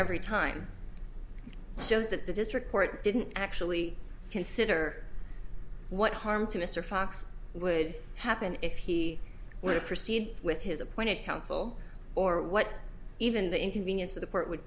every time shows that the district court didn't actually consider what harm to mr fox would happen if he were to proceed with his appointed counsel or what even the inconvenience of the court would